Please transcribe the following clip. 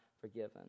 forgiven